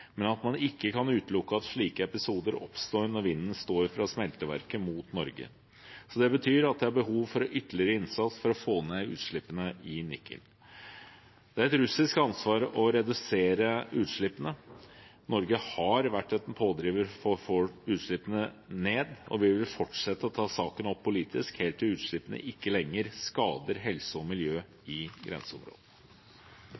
men at man ikke kan utelukke at slike episoder oppstår når vinden står fra smelteverket mot Norge. Det betyr at det er behov for ytterligere innsats for å få ned utslippene i Nikel. Det er et russisk ansvar å redusere utslippene. Norge har vært en pådriver for å få utslippene ned. Vi vil fortsette å ta saken opp politisk helt til utslippene ikke lenger skader helse og miljø